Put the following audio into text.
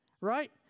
Right